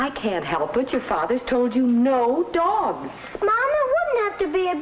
i can't help but your father told you no dogs to be